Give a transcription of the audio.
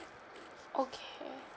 okay